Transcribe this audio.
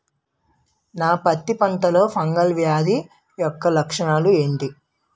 నా పత్తి పంటలో ఫంగల్ వ్యాధి యెక్క లక్షణాలు ఏంటి?